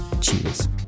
cheers